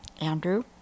Andrew